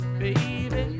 baby